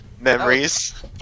Memories